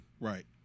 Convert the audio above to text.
Right